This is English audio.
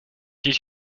did